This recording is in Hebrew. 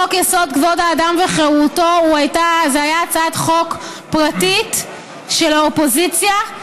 חוק-יסוד: כבוד האדם וחירותו היה הצעת חוק פרטית של האופוזיציה,